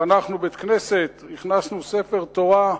חנכנו בית-כנסת, הכנסנו ספר תורה,